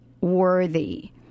worthy